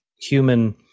human